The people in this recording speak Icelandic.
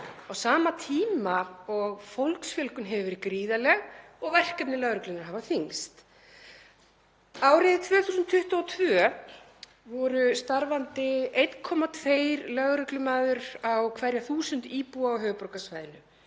á sama tíma og fólksfjölgun hefur verið gríðarleg og verkefni lögreglunnar hafa þyngst? Árið 2022 voru starfandi 1,2 lögreglumenn á hverja 1.000 íbúa á höfuðborgarsvæðinu,